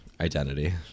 identity